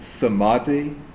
Samadhi